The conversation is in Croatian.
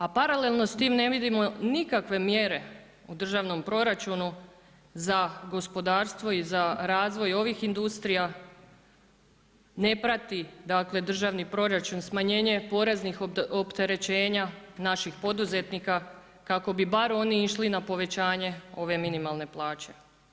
A paralelno s tim ne vidimo nikakve mjere u državnom proračunu za gospodarstvo i za razvoj ovih industrija, ne prati dakle državni proračun, smanjenje poreznih opterećenja napih poduzetnika kako bi bar oni išli na povećanje ove minimalne plaće.